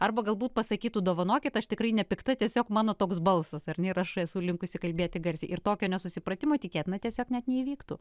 arba galbūt pasakytų dovanokit aš tikrai nepikta tiesiog mano toks balsas ar nėra ir aš esu linkusi kalbėti garsiai ir tokio nesusipratimo tikėtina tiesiog net neįvyktų